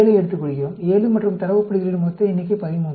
7 மற்றும் தரவு புள்ளிகளின் மொத்த எண்ணிக்கை 13